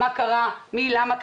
מה קרה שם?